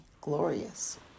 glorious